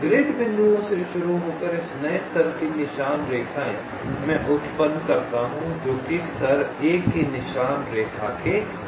grid बिंदुओं से शुरू होकर इस नए स्तर की नई निशान रेखाएँ मैं उत्पन्न करता हूँ जो कि स्तर I की निशान रेखा के लंबवत हैं